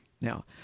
Now